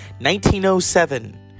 1907